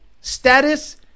status